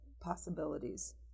possibilities